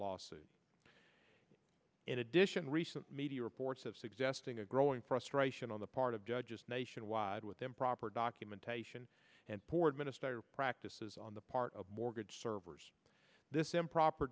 lawsuit in addition recent media reports have suggesting a growing frustration on the part of judges nationwide with improper documentation and port minister practices on the part of mortgage servers this improper